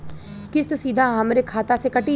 किस्त सीधा हमरे खाता से कटी?